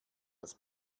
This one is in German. das